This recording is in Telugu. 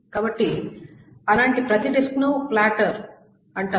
కాబట్టి అలాంటి ప్రతి డిస్క్ను ప్లాటర్ అంటారు